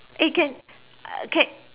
eh can can